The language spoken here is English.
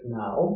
now